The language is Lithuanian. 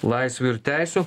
laisvių ir teisių